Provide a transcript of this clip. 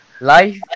Life